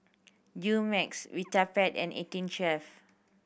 Dumex Vitapet and Eighteen Chef